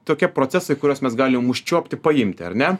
tokie procesai kuriuos mes galim užčiuopti paimti ar ne